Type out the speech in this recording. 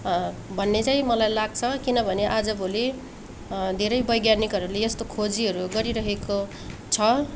भन्ने चाहिँ मलाई लाग्छ किनभने आजभोलि धेरै वैज्ञानिकहरूले यस्तो खोजीहरू गरिरहेको छ